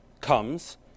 comes